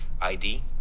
id